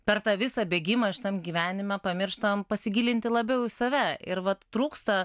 per tą visą bėgimą šitam gyvenime pamirštam pasigilinti labiau į save ir vat trūksta